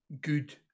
good